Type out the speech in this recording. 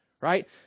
right